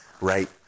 Right